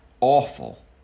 awful